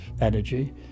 energy